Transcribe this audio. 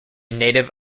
native